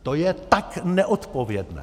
To je tak neodpovědné!